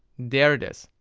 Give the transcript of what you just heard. there it is,